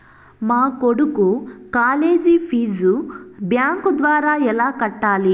మా కొడుకు college fees bank ద్వారా ఎలా కట్టాలి?